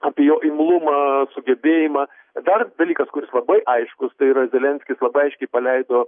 apie jo imlumą sugebėjimą dar dalykas kuris labai aiškus tai yra zelenskis labai aiškiai paleido